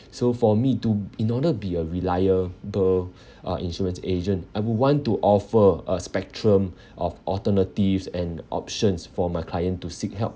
so for me to in order be a reliable uh insurance agent I would want to offer a spectrum of alternatives and options for my client to seek help